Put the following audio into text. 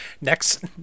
next